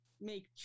make